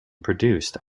produced